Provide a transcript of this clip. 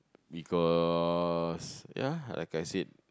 because ya like I said